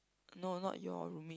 no not your roomie